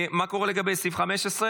מה קורה לגבי סעיף 15?